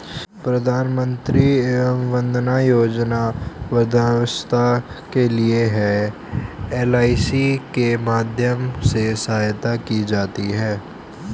प्रधानमंत्री वय वंदना योजना वृद्धावस्था के लिए है, एल.आई.सी के माध्यम से सहायता की जाती है